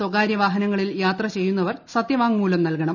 സ്വകാര്യ വാഹനങ്ങളിൽ യാത്ര ചെയ്യുന്നവർ സത്യവാങ്മൂലം നൽകണം